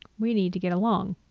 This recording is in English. we need to get along.